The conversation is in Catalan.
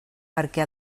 perquè